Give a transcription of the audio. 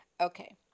Okay